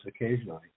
occasionally